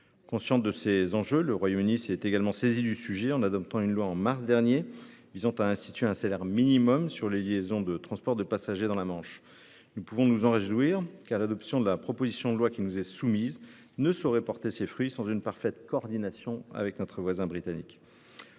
Conscient de ces enjeux, le Royaume-Uni s'est également saisi du sujet, en adoptant en mars dernier une loi visant à instituer un salaire minimum sur les liaisons de transport de passagers dans la Manche. Nous pouvons nous en réjouir, car l'adoption de la proposition de loi qui nous est soumise ne saurait porter ses fruits sans une parfaite coordination avec notre voisin britannique.